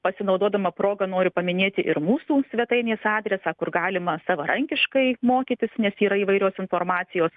pasinaudodama proga noriu paminėti ir mūsų svetainės adresą kur galima savarankiškai mokytis nes yra įvairios informacijos